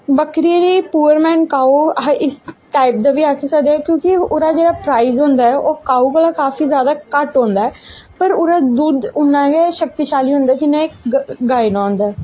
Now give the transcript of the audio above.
बक्करियें दी पोआरमैन काऊ अस इस टाइप दे बी आक्खी सकदे आं क्योंकि ओह्दा जेह्ड़ा प्राइज़ होंदा ओह् काऊ कोला काफी जादा घट्ट होंदा ऐ पर ओह्दा दुद्ध उन्ना गै शक्तिशाली होंदा जिन्ना इक गाय दा होंदा